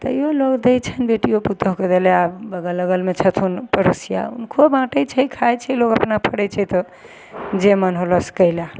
तैओ लोक दै छनि बेटिओ पुतौहुके देलै बगल अगलमे छथुन पड़ोसिआ हुनको बाँटै छै खाइ छै लोक अपना फड़ै छै तऽ जे मोन होलऽ से कएलऽ